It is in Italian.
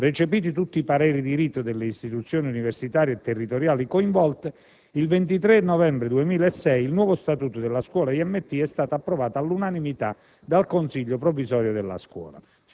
Recepiti tutti i pareri di rito delle istituzioni universitarie e territoriali coinvolte, il 23 novembre 2006 il nuovo statuto della Scuola IMT è stato approvato all'unanimità dal Consiglio provvisorio della scuola